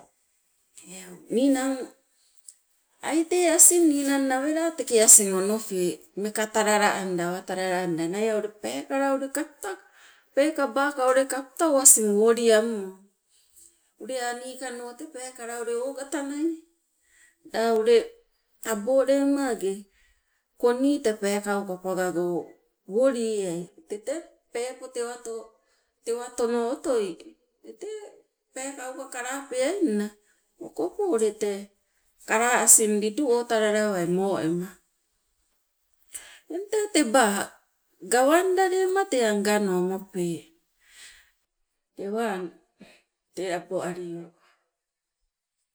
Eu ninang aite asing ninang nawela asing onope, meka talala anda awa talala anda enai a' ule peekala kapta, peekaba kapta o asing woliangmo, ule a' nikano te ule o peekala ule ogata nai la ule tabo lema age koni tee peekauka pagago wolieai tete peepo tewatono otoi tete peekauka kalapeainna okopo ule tee kalaa asing lidu o talala lawai moema. Eng tee teba gawanda lema te a' nganno mope. Tewang te laboalio.